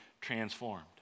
transformed